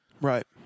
right